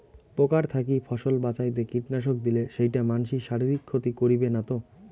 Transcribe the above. পোকার থাকি ফসল বাঁচাইতে কীটনাশক দিলে সেইটা মানসির শারীরিক ক্ষতি করিবে না তো?